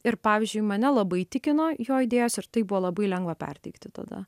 ir pavyzdžiui mane labai įtikino jo idėjos ir tai buvo labai lengva perteikti tada